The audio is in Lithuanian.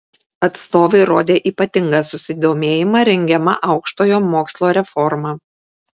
atstovai rodė ypatingą susidomėjimą rengiama aukštojo mokslo reforma